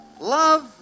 love